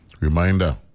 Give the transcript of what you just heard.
Reminder